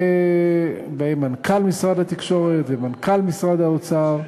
ובהם מנכ"ל משרד התקשורת ומנכ"ל משרד האוצר,